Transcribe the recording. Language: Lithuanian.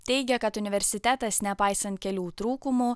teigia kad universitetas nepaisant kelių trūkumų